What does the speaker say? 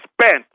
spent